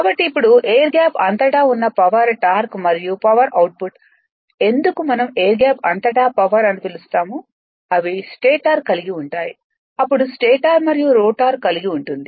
కాబట్టి ఇప్పుడు air gap అంతటా ఉన్న పవర్ టార్క్ మరియు పవర్ అవుట్పుట్ ఎందుకు మనం ఎయిర్ గ్యాప్ అంతటా పవర్ అని పిలుస్తాము అవి స్టేటర్ కలిగివుంటాయి అప్పుడు స్టేటర్ మరియు రోటర్ కలిగి ఉంటుంది